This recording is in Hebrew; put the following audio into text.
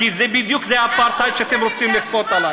כי זה בדיוק האפרטהייד שאתם רוצים לכפות עליי.